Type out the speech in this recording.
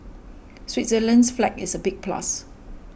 Switzerland's flag is a big plus